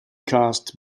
caste